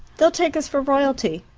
they'll take us for royalty.